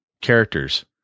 characters